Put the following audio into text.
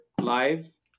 live